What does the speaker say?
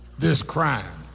this crime,